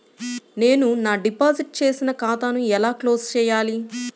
నేను నా డిపాజిట్ చేసిన ఖాతాను ఎలా క్లోజ్ చేయాలి?